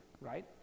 right